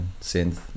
synth